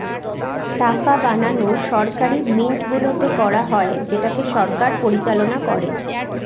টাকা বানানো সরকারি মিন্টগুলোতে করা হয় যেটাকে সরকার পরিচালনা করে